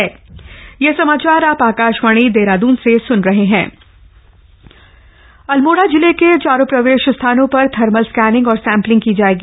corona Almora Almora जिले के चारों प्रवेश स्थानों पर थर्मल स्कैनिंग और सैम्पलिंग की जायेगी